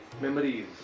memories